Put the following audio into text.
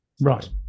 Right